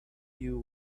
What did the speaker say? you